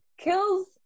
Kills